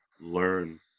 learn